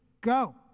Go